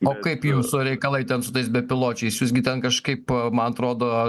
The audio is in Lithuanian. o kaip jūsų reikalai ten su tais bepiločiais jūs gi ten kažkaip man atrodo